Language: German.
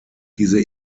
diese